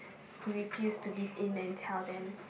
he refused to give in and tell them